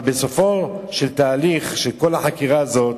אבל בסופו של תהליך, של כל החקירה הזאת,